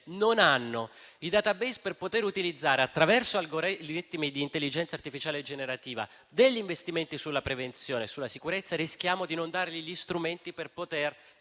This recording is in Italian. non hanno i *database* per utilizzare, attraverso algoritmi di intelligenza artificiale generativa, gli investimenti sulla prevenzione e sulla sicurezza, rischiamo di non dar loro gli strumenti per